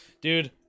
Dude